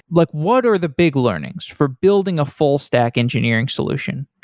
look, what are the big learnings for building a full stack engineering solution?